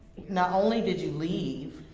not only did you leave,